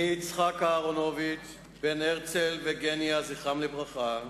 אני, יצחק אהרונוביץ, בן הרצל וגניה, זכרם לברכה,